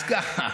אז ככה,